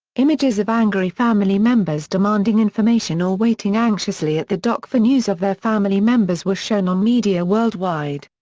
images of angry family members demanding information or waiting anxiously at the dock for news of their family members were shown on media worldwide.